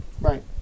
Right